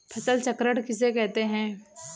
फसल चक्र किसे कहते हैं?